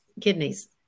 kidneys